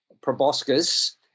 proboscis